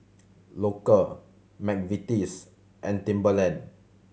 Loacker McVitie's and Timberland